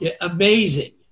amazing